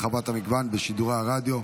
הרחבת המגוון בשידורי הרדיו),